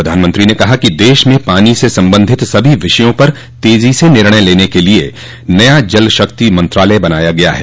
प्रधानमंत्री ने कहा कि देश में पानी से संबंधित सभी विषयों पर तेजी से निर्णय लेने के लिए नया जल शक्ति मंत्रालय बनाया गया है